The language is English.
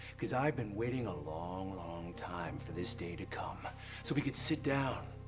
cause i've been waiting a long, long time for this day to come, so we could sit down,